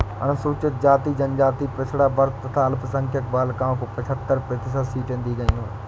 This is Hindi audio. अनुसूचित जाति, जनजाति, पिछड़ा वर्ग तथा अल्पसंख्यक बालिकाओं को पचहत्तर प्रतिशत सीटें दी गईं है